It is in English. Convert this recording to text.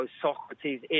Socrates